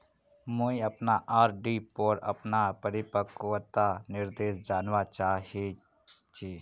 मुई अपना आर.डी पोर अपना परिपक्वता निर्देश जानवा चहची